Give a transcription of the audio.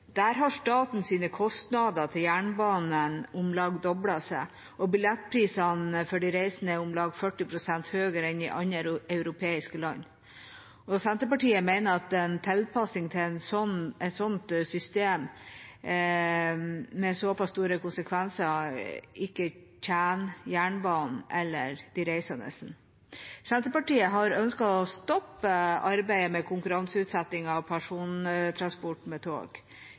Der har statens kostnader til jernbanen om lag doblet seg, og billettprisene for de reisende er om lag 40 pst. høyere enn i andre europeiske land. Senterpartiet mener at tilpassing til et sånt system med såpass store konsekvenser ikke tjener jernbanen eller de reisende. Senterpartiet har ønsket å stoppe arbeidet med konkurranseutsetting av persontransport med tog.